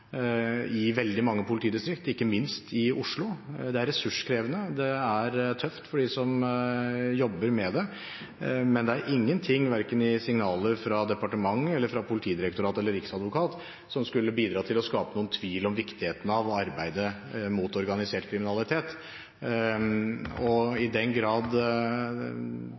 i veldig mange politidistrikt, ikke minst i Oslo. Det er ressurskrevende. Det er tøft for dem som jobber med det. Men det er ingen signaler verken fra departementet, Politidirektoratet eller Riksadvokaten som skulle bidra til å skape noen tvil om viktigheten av å arbeide mot organisert kriminalitet. I den grad